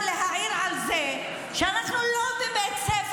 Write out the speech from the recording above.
-- אני רוצה גם להעיר על זה שאנחנו לא בבית ספר,